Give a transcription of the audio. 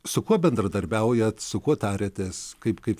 su kuo bendradarbiaujat su kuo tariatės kaip kaip